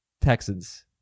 Texans